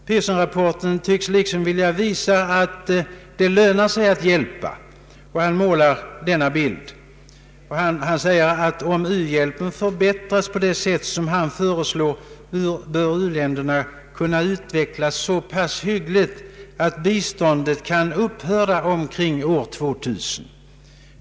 Den tycks liksom vilja visa att ”det lönar sig att hjälpa”. Rapporten säger att om u-hjälpen förbättras på det sätt man föreslår, bör u-länderna kunna utvecklas så pass hygggligt att biståndet kan upphöra omkring år 2000.